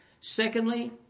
Secondly